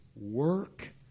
work